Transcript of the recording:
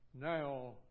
now